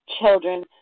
children